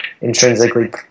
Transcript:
intrinsically